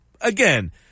again